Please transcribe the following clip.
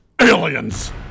Aliens